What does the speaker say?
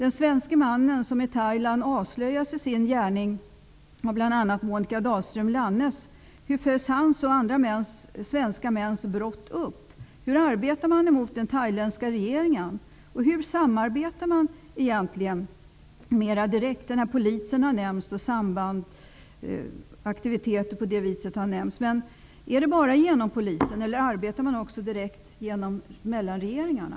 En svensk man avslöjades ju i sin gärning i Thailand av bl.a. Monica Dahlström-Lannes. Hur följs hans och andra svenska mäns brott upp? Hur arbetar man mot den thailändska regeringen? Hur samarbetar man mera direkt? Statsrådet har nämnt en sambandsman från Rikspolisstyrelsen och andra sådana aktiviteter. Är det bara genom Polisen man samarbetar, eller samarbetar man också direkt mellan regeringarna?